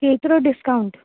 केतिरो डिस्काउंट